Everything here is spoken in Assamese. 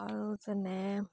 আৰু যেনে